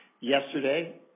Yesterday